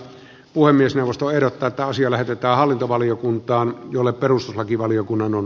puhemiesneuvosto ehdottaa paasio lähetetä hallintovaliokuntaan jolle perustuslakivaliokunnan on